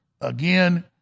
again